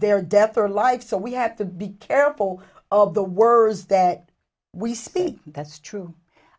their death for life so we have to be careful of the words that we speak that's true